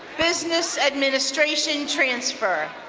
business administration transfer.